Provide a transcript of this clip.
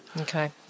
Okay